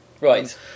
Right